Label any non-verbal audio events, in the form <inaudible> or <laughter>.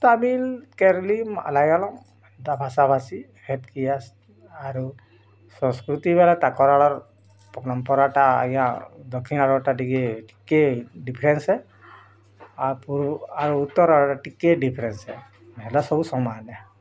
ତାମିଲ୍ କେରଲି ମାଲାୟଲମ୍ ତା ଭାଷାଭାଷୀ ହେତ୍କି ଆସି ଆରୁ ସଂସ୍କୃତି <unintelligible> ତାଙ୍କର୍ ପରମ୍ପରାଟା ଆଜ୍ଞା ଦକ୍ଷିଣଟା ଟିକେ ଟିକେ ଡିଫରେନ୍ସ ହେ ଆ ପୁର୍ ଆଉ ଉତ୍ତର ଆଡ଼େ ଟିକେ ଡିଫରେନ୍ସ ହେ ନାହାଲେ ସବୁ ସମାନେ